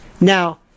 Now